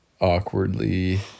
awkwardly